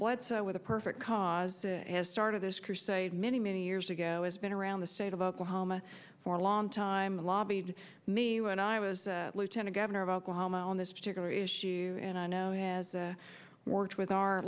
what with a perfect cause has started this crusade many many years ago it's been around the state of oklahoma for a long time lobbied me when i was lieutenant governor of oklahoma on this particular issue and i know him as a work with our